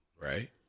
right